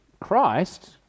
Christ